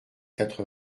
quatre